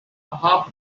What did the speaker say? half